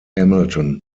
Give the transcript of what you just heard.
hamilton